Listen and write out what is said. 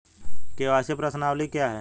KYC प्रश्नावली क्या है?